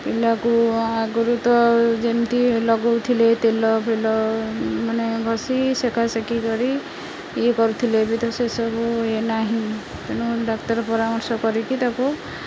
ପିଲାକୁ ଆଗରୁ ତ ଯେମିତି ହେଲେ ଲଗଉଥିଲେ ତେଲ ଫେଲ ମାନେ ବସି ସେକା ସେକି କରି ଇଏ କରୁଥିଲେ ଏବେ ତ ସେସବୁ ଇଏ ନାହିଁ ତେଣୁ ଡାକ୍ତର ପରାମର୍ଶ କରିକି ତାକୁ